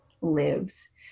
lives